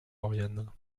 lauriane